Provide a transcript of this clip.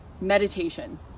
meditation